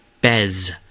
Bez